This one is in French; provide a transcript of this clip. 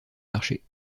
marchés